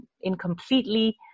incompletely